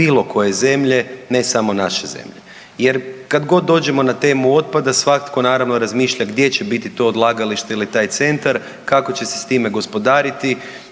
bilo koje zemlje ne samo naše zemlje, jer kad god dođemo na temu otpada svatko naravno razmišlja gdje će biti to odlagalište ili taj centar, kako će s time gospodariti.